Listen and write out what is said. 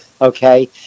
Okay